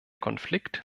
konflikt